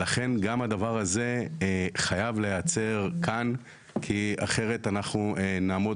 לכן גם הדבר הזה חייב להיעצר כאן כי אחרת אנחנו נעמוד